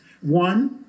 one